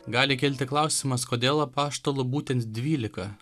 gali kilti klausimas kodėl apaštalų būtent dvylika